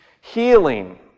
healing